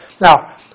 Now